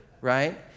right